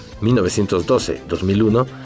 1912-2001